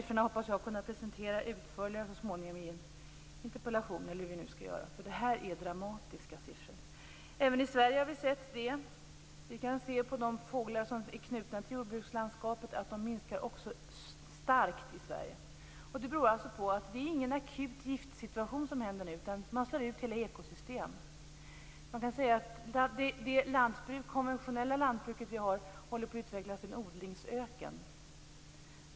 Jag hoppas så småningom kunna presentera dessa siffror mer utförligt t.ex. i en interpellation. Det rör sig om dramatiska siffror. Även i Sverige kan vi se exempel på detta. Antalet fågelarter som är knutna till jordbrukslandskapet minskar starkt. Det beror alltså på att det råder en akut giftsituation där man slår ut hela ekosystem. Man kan säga att vårt konventionella lantbruk håller på att utvecklas till en odlingsöken.